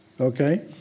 okay